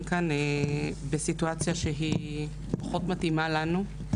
כאן בסיטואציה שהיא פחות מתאימה לנו.